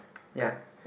ya